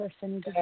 person